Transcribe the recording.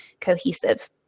cohesive